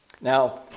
Now